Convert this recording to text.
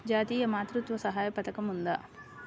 జాతీయ మాతృత్వ సహాయ పథకం ఉందా?